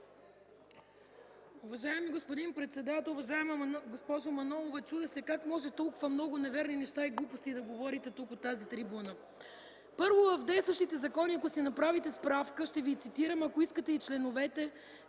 Уважаеми господин председател, уважаема госпожо Манолова, чудя се как може толкова много неверни неща и глупости да говорите тук, от тази трибуна! Първо, в действащите закони, ако си направите справка, ще ви цитирам, ако искате, и членовете,